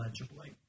legibly